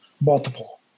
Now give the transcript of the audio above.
multiple